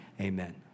amen